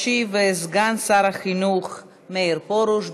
ישיב סגן שר החינוך מאיר פרוש.